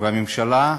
והממשלה,